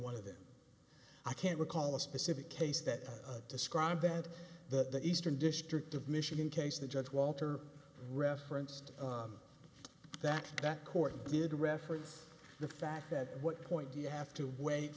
one of them i can't recall a specific case that described that the eastern district of michigan case the judge walter referenced that that court did reference the fact that what point do you have to wait